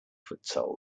futsal